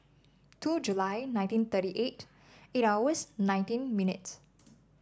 two July nineteen thirty eight eight hours nineteen minutes